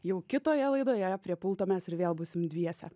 jau kitoje laidoje prie pulto mes ir vėl būsim dviese